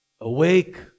Awake